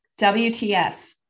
WTF